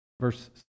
Verse